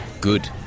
good